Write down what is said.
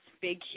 big